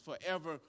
Forever